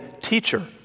teacher